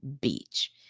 beach